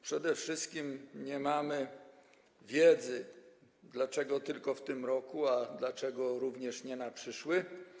Przede wszystkim nie mamy wiedzy, dlaczego tylko w tym roku, dlaczego nie również w przyszłym.